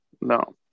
No